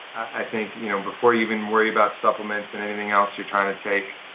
i think you know before you even worry about supplements and anything else you're trying to take,